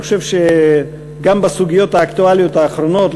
הפורום הזה התערב ופעל גם בסוגיות האקטואליות האחרונות,